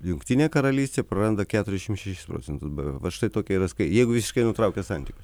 jungtinė karalystė praranda keturiasdešim šešis procentus vat štai tokie yra skai jeigu visiškai nutraukia santykius